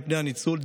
מפני הניצול,